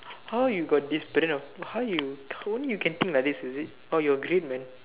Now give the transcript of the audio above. how you got this brain of how you only you can think like this is it oh you are great man